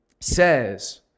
says